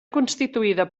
constituïda